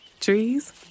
Trees